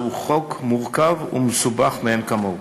זהו חוק מורכב ומסובך מאין כמוהו.